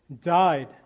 died